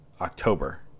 october